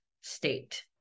state